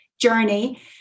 journey